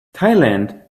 thailand